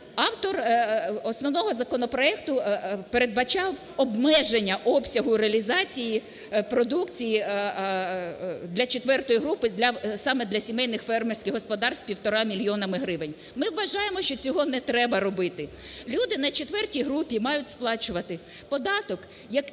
автор основного законопроекту передбачав обмеження обсягу реалізації продукції для четвертої групи, саме для сімейних фермерських господарств, півтора мільйонами гривень. Ми вважаємо, що цього не треба робити. Люди на четвертій групі мають сплачувати податок як